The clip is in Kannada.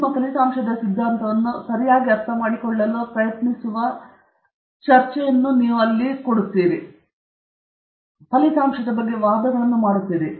ನಿಮ್ಮ ಫಲಿತಾಂಶದ ಸಿದ್ಧಾಂತವನ್ನು ಸರಿಯಾಗಿ ಅರ್ಥಮಾಡಿಕೊಳ್ಳಲು ಪ್ರಯತ್ನಿಸುವ ಒಂದು ಚರ್ಚೆಯಾಗಿದೆ ಇಲ್ಲಿ ನೀವು ಆ ಫಲಿತಾಂಶದ ಬಗ್ಗೆ ಕೆಲವು ವಾದಗಳನ್ನು ಮಾಡುತ್ತಿದ್ದೀರಿ